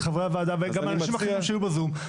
חברי הוועדה וגם אנשים אחרים שהיו בזום.